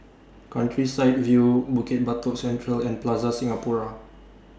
Countryside View Bukit Batok Central and Plaza Singapura